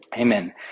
Amen